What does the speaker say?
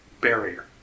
barrier